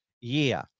year